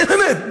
באמת,